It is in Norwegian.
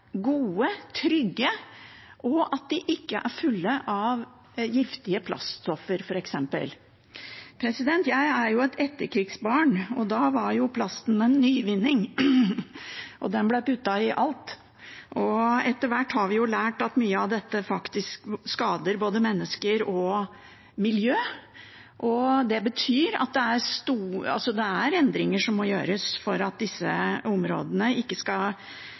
gode og trygge, og at de f.eks. ikke er fulle av giftige plaststoffer. Jeg er et etterkrigsbarn, og den gangen var plasten en nyvinning, og den ble puttet i alt. Etter hvert har vi lært at mye av dette faktisk skader både mennesker og miljø. Det betyr at det er endringer som må gjøres for at disse områdene verken skal